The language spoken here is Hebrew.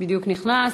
בדיוק נכנס.